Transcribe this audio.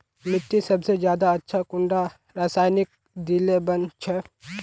मिट्टी सबसे ज्यादा अच्छा कुंडा रासायनिक दिले बन छै?